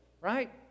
right